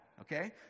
okay